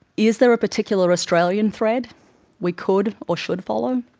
is there a particular australian thread we could or should follow?